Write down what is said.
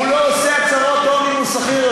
הוא לא עושה הצהרות הון אם הוא שכיר.